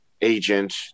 agent